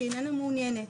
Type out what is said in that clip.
שאינה מעוניינת.